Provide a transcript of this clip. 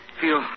feel